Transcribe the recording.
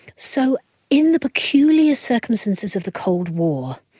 so in the peculiar circumstances of the cold war,